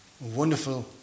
Wonderful